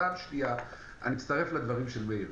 פעם שנייה, אני מצטרף לדברים של מאיר.